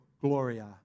gloria